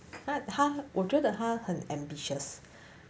but 他我觉得他很 ambitious